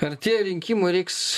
artėja rinkimai reiks